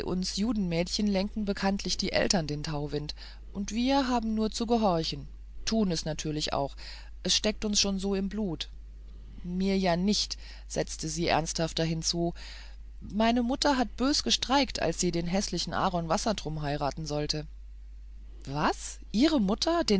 judenmädchen lenken bekanntlich die eltern den tauwind und wir haben nur zu gehorchen tuen es natürlich auch es steckt uns schon so im blut mir ja nicht setzte sie ernsthafter hinzu meine mutter hat bös gestreikt als sie den gräßlichen aaron wassertrum heiraten sollte was ihre mutter